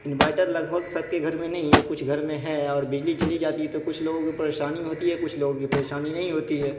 inverter لگ بھگ سب کے گھر میں نہیں ہے کچھ گھر میں ہے اور بجلی چلی جاتی ہے تو کچھ لوگ پریشانی میں ہوتی ہے کچھ لوگوں کی پریشانی نہیں ہوتی ہے